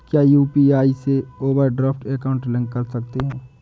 क्या यू.पी.आई से overdraft account link कर सकते हैं?